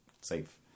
safe